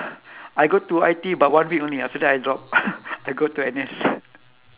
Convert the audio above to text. I go to I_T_E but one week only after that I drop I go to N_S